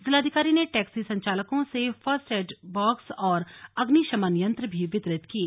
जिलाधिकारी ने टैक्सी संचालकों से फर्स्ट एड बॉक्स और अग्निशमन यंत्र भी वितरित किये